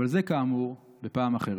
אבל זה, כאמור, בפעם אחרת".